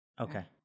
Okay